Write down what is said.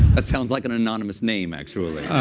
that sounds like an anonymous name, actually.